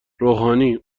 روحانی